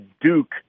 Duke